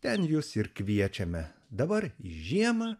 ten juos ir kviečiame dabar žiemą